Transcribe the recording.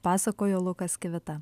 pasakojo lukas kivita